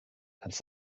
kannst